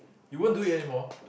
you won't do it anymore